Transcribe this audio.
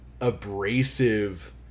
abrasive